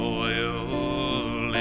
oil